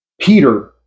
Peter